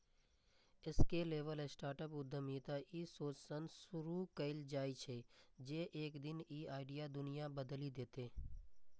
scalable startup उद्यमिता ई सोचसं शुरू कैल जाइ छै, जे एक दिन ई आइडिया दुनिया बदलि देतै